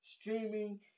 streaming